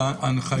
זה הנחיות?